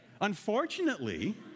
unfortunately